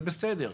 זה בסדר.